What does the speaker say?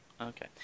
Okay